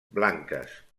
blanques